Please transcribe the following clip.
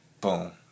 boom